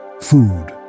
food